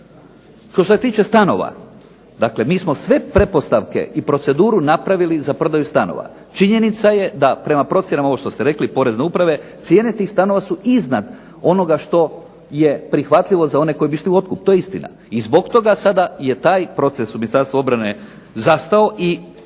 Što se tiče stanova, dakle mi smo sve pretpostavke i proceduru napravili za prodaju stanova. Činjenica je da prema procjenama, ovo što ste rekli Porezne uprave, cijene tih stanova su iznad onoga što je prihvatljivo za one koji bi išli u otkup. To je istina. I zbog toga sada je taj proces u Ministarstvu obrane zastao i